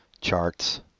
charts